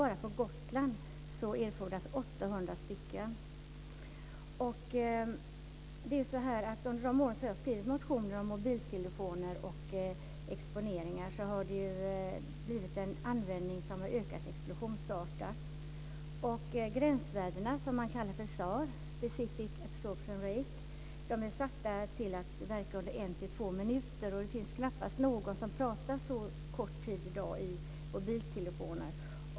Bara på Gotland erfordras 800 Under de år som jag har skrivit motioner om mobiltelefoner och exponeringar har användningen ökat explosionsartat. Gränsvärdena, som man kallar för SAR, specific absorption rate, är satta till att verka under en till två minuter. Det finns knappast någon i dag som pratar så kort tid i mobiltelefoner.